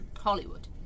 Hollywood